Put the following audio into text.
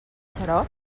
xarop